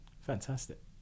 fantastic